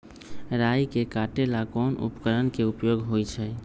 राई के काटे ला कोंन उपकरण के उपयोग होइ छई?